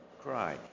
cry